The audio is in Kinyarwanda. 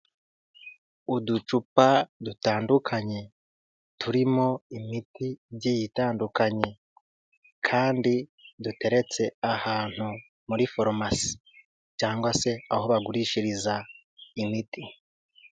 Uducupa dutandukanye turimo imiti igiye itandukanye kandi duteretse ahantu muri foromasi cyangwa se aho bagurishiriza imiti.